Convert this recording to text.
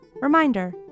Reminder